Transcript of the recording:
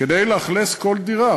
לאכלס כל דירה,